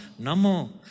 Namo